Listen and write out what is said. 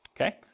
okay